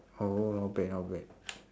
oh not bad not bad